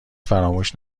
فراموش